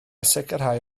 sicrhau